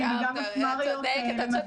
וגם מפמ"ריות למתמטיקה.